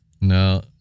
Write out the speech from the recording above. No